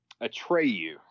Atreyu